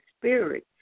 spirit